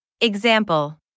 Example